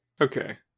Okay